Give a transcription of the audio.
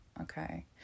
Okay